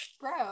bro